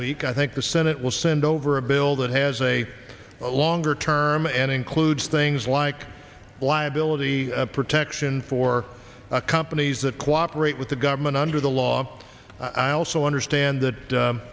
week i think the senate will send over a bill that has a longer term and includes things like liability protection for companies that cooperate with the government under the law i also understand that